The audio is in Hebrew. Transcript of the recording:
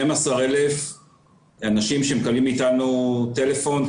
12,000 אנשים שמקבלים מאיתנו טלפון,